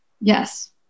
Yes